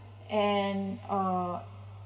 and uh